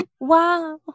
Wow